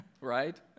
right